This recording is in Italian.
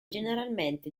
generalmente